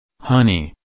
Honey